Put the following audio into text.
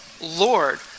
Lord